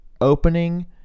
opening